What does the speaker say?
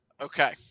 Okay